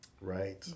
Right